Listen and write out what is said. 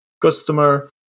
customer